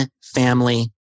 family